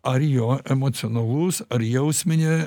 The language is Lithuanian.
ar jo emocionalus ar jausminė